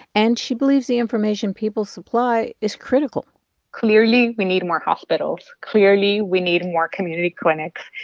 and she believes the information people supply is critical clearly, we need more hospitals. clearly, we need more community clinics.